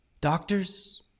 Doctors